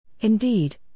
Indeed